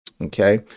Okay